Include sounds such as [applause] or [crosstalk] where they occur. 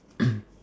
[coughs]